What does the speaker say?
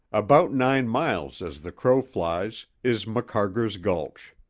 about nine miles as the crow flies, is macarger's gulch.